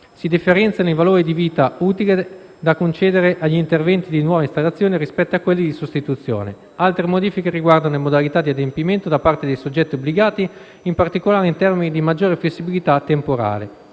Si differenziano inoltre i valori di vita utile da concedere agli interventi di nuova installazione, rispetto a quelli di sostituzione. Altre modifiche riguardano le modalità di adempimento da parte dei soggetti obbligati, in particolare in termini di maggiore flessibilità temporale.